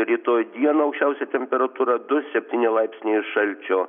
rytoj dieną aukščiausia temperatūra du septyni laipsniai šalčio